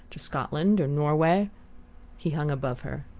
to scotland or norway he hung above her.